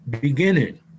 beginning